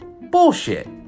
Bullshit